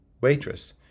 waitress